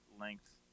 length